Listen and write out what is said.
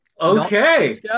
okay